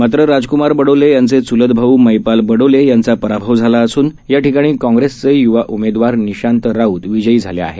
मात्रराजक्मारबडोलेयांचेच्लतभाऊमैपालबडोलेयांचापराभवझालाअसूनयाठिकाणीकाँ ग्रेसचे युवा उमेदवार निशांतरा ऊतविजयीझाले आहेत